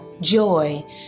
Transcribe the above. joy